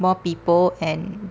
more people and